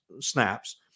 snaps